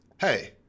hey